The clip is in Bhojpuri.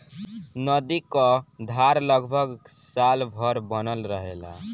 नदी क धार लगभग साल भर बनल रहेला